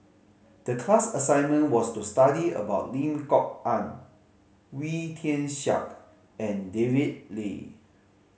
the class assignment was to study about Lim Kok Ann Wee Tian Siak and David Lee